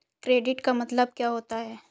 Credit का मतलब क्या होता है?